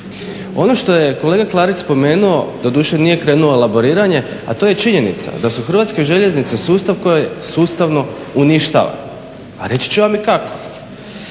Ono što je kolega Klarić spomenuo doduše nije krenuo u elaboriranje, a to je činjenica da su Hrvatske željeznice sustav koji je sustavno uništavan, a reći ću vam i kako.